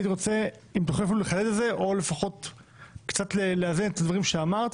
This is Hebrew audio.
הייתי רוצה להבין את הדברים שאמרת,